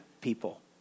people